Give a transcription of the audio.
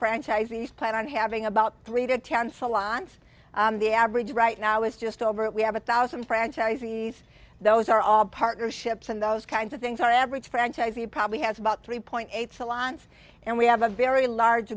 franchisees plan on having about three to ten salons the average right now is just over it we have a thousand franchisees those are all partnerships and those kinds of things our average franchisee probably has about three point eight salons and we have a very large